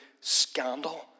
scandal